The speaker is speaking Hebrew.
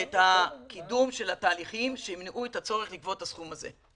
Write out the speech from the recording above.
את הקידום של התהליכים שימנעו את הצורך לגבות את הסכום הזה.